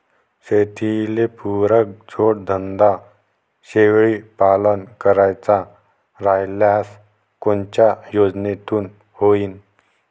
शेतीले पुरक जोडधंदा शेळीपालन करायचा राह्यल्यास कोनच्या योजनेतून होईन?